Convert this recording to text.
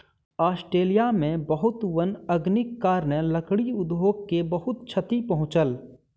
Australia में बहुत वन अग्निक कारणेँ, लकड़ी उद्योग के बहुत क्षति पहुँचल